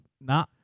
Nah